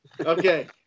Okay